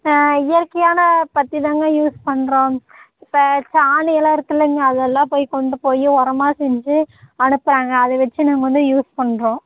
ஆ இயற்கையான பருத்திதாங்க யூஸ் பண்ணுறோம் இப்போ சாணியெல்லாம் இருக்குதுல்லங்க அதெல்லாம் போய் கொண்டு போய் உரமாக செஞ்சு அனுப்புறாங்க அது வச்சு நாங்கள் வந்து யூஸ் பண்ணுறோம்